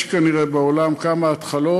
יש, כנראה, בעולם כמה התחלות.